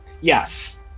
yes